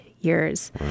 Years